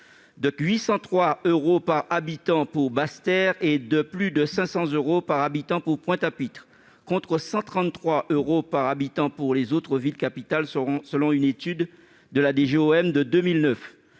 : 803 euros par habitant pour Basse-Terre, plus de 500 euros par habitant pour Pointe-à-Pitre, contre 133 euros par habitant pour les autres villes capitales, selon une étude de la DGOM en